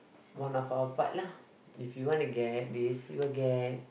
one of our part lah if you want to get this you will get